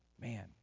man